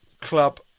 club